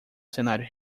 cenário